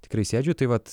tikrai sėdžiu tai vat